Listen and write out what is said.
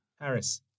Harris